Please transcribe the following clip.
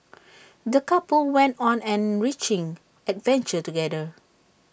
the couple went on an enriching adventure together